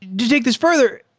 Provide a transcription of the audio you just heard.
to take this further,